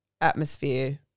atmosphere